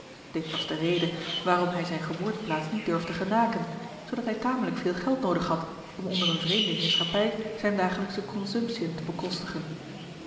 dit was de reden waarom hij zijne geboorteplaats niet durfde genaken zoodat hij tamelijk veel geld noodig had om onder eene vreemde heerschappij zijne dagelijksche consumtiën te bekostigen